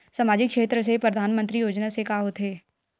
सामजिक क्षेत्र से परधानमंतरी योजना से का होथे?